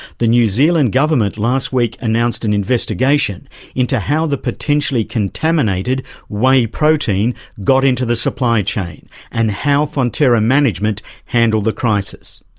the new zealand government last week announced an investigation into how the potentially contaminated whey protein got into the supply chain and how fonterra management handled the crisis.